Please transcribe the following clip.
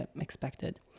expected